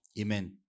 Amen